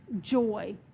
joy